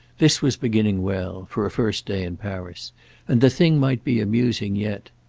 this was beginning well for a first day in paris and the thing might be amusing yet.